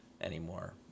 anymore